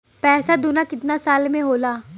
पैसा दूना कितना साल मे होला?